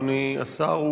אדוני השר,